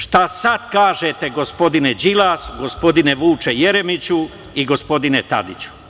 Šta sada kažete gospodine Đilas, gospodine Vuče Jeremiću i gospodine Tadiću.